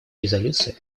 резолюции